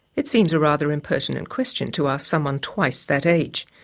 it seems a rather impertinent and question to ask someone twice that age.